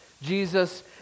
Jesus